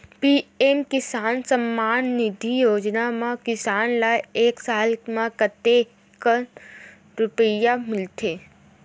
PM किसान सम्मान निधी योजना म किसान ल एक साल म कतेक रुपिया मिलथे?